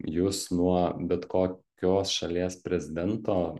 jus nuo bet kokios šalies prezidento